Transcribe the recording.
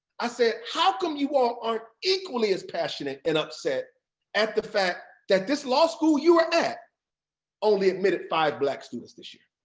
i said, how come you all aren't equally as passionate and upset at the fact that this law school you are at only admitted five black students this year?